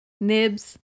nibs